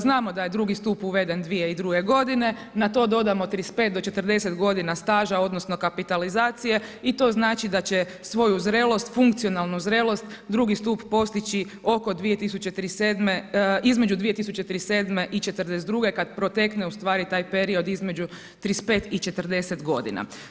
Znamo da je drugi stup uveden 2002. godine, na to dodamo 35 do 40 godina staža, odnosno kapitalizacije i to znači da će svoju zrelost, funkcionalnu zrelost drugi stup postići oko 2037., između 2037. i 2042. kada protekne ustvari taj period između 35 i 40 godina.